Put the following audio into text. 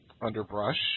underbrush